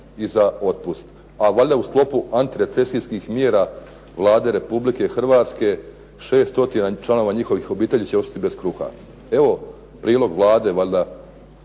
i za otpust a valjda u sklopu antirecesijskih mjera Vlade Republike Hrvatske 6 stotina članova njihovih obitelji će ostati bez kruha. Evo prilog Vlade a